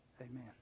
Amen